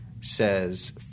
says